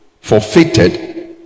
forfeited